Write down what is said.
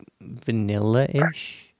vanilla-ish